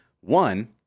One